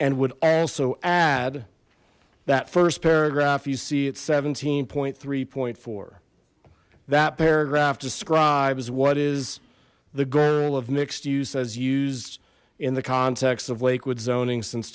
and would also add that first paragraph you see it's seventeen point three point four that paragraph describes what is the goal of mixed use has used in the context of lakewood zoning since